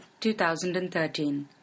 2013